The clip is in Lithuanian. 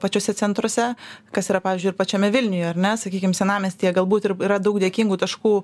pačiuose centruose kas yra pavyzdžiui ir pačiame vilniuje ar ne sakykim senamiestyje galbūt ir yra daug dėkingų taškų